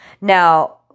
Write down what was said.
Now